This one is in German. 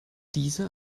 diese